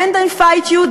then they fight you,